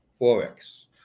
forex